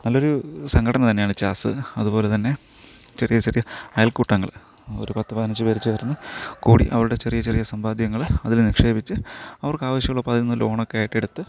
നല്ലൊരു സംഘടന തന്നെയാണ് ജാസ് അതുപോലെ തന്നെ ചെറിയ ചെറിയ അയൽക്കൂട്ടങ്ങൾ ഒരു പത്തുപതിനഞ്ച് പേര് ചേർന്ന് കൂടി അവരുടെ ചെറിയ ചെറിയ സമ്പാദ്യങ്ങള് അതില് നിക്ഷേപിച്ച് അവർക്കാവശ്യമുള്ളപ്പോള് അതില്നിന്ന് ലോണൊക്കെ ആയിട്ടെടുത്ത്